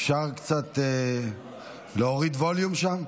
אפשר להוריד קצת ווליום שם?